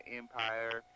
empire